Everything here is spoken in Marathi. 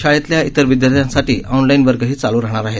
शाळेतल्या इतर विद्यार्थ्यांसाठी ऑनलाईन वर्गही चालू राहणार आहेत